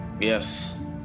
Yes